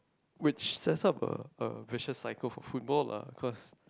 which set up a a visual cycle for football lah cause